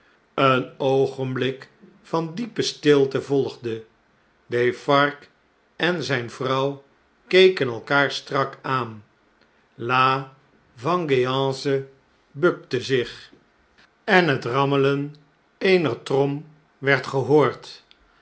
een oogenblik van diepe stilte volgde defarge en zjne vrouw keken elkaar strak aan laveng e a n c e bukte zich en het rammelen eener trom werd gehoord